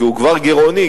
כי הוא כבר גירעוני,